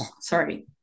Sorry